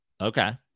Okay